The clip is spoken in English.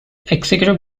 executive